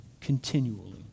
continually